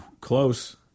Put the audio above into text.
close